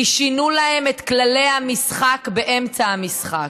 כי שינו להם את כללי המשחק באמצע המשחק.